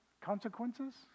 consequences